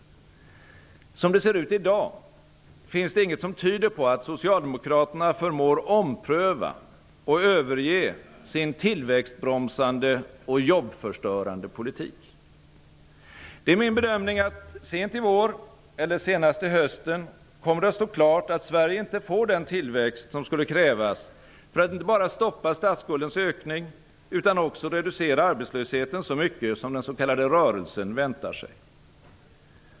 Som det ser ut i dag, finns det inget som tyder på att socialdemokraterna förmår ompröva och överge sin tillväxtbromsande och jobbförstörande politik. Det är min bedömning att sent i vår eller senast till hösten kommer det att stå klart att Sverige inte får den tillväxt som skulle krävas för att inte bara stoppa statsskuldens ökning utan också reducera arbetslösheten så mycket som den s.k. rörelsen väntar sig.